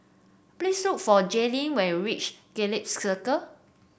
please look for Jaylin when you reach Gallop Circus